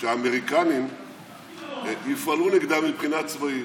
שהאמריקנים יפעלו נגדם מבחינה צבאית?